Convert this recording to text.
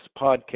podcast